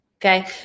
Okay